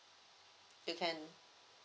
you can